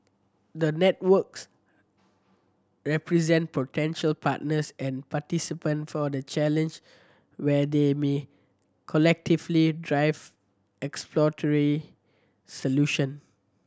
the networks represent potential partners and participant for the Challenge where they may collectively drive exploratory solution